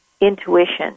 intuition